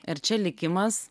ir čia likimas